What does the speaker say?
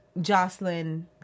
Jocelyn